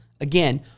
Again